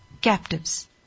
captives